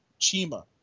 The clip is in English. Chima